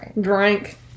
Drink